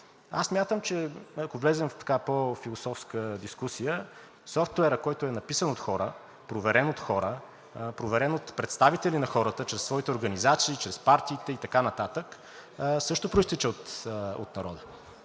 Аз смятам, че ако влезем в по-философска дискусия, софтуерът, който е написан от хора, проверен от хора, проверен от представители на хората чрез своите организации, чрез партиите и така нататък, също произтича от народа.